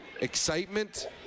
excitement